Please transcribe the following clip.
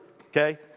okay